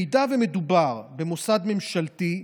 במקרה שמדובר במוסד ממשלתי,